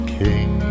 king